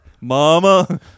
mama